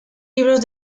libros